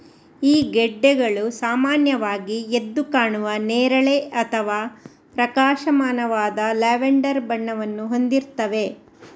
ಈ ಗೆಡ್ಡೆಗಳು ಸಾಮಾನ್ಯವಾಗಿ ಎದ್ದು ಕಾಣುವ ನೇರಳೆ ಅಥವಾ ಪ್ರಕಾಶಮಾನವಾದ ಲ್ಯಾವೆಂಡರ್ ಬಣ್ಣವನ್ನು ಹೊಂದಿರ್ತವೆ